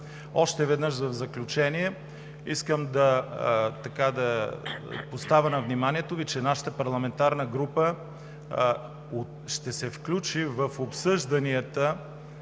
Още веднъж, в заключение искам да поставя на вниманието Ви, че нашата парламентарна група ще се включи в обсъжданията